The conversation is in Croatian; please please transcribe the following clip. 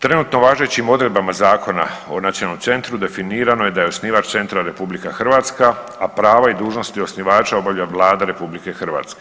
Trenutno važećim odredbama Zakona o nacionalnom centru definirano je da je osnivač centra RH, a prava i dužnosti osnivača obavlja Vlada RH.